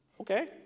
okay